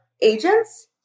agents